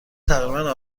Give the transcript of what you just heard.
تقریبا